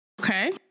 okay